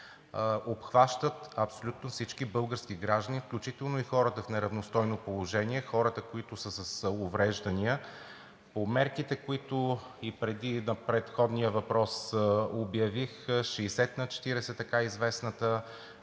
обхващат абсолютно всички български граждани, включително и хората в неравностойно положение – хората, които са с увреждания. Мерките, които и на предходния въпрос обявих: 60/40, така известната